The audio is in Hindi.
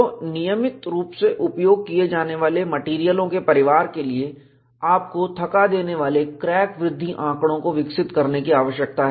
तो नियमित रूप से उपयोग किए जाने वाले मेटेरियलों के परिवार के लिए आपको थका देने वाले क्रैक वृद्धि आंकड़े को विकसित करने की आवश्यकता है